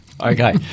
Okay